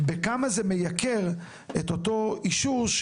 בכמה זה מייקר את אותו אישור,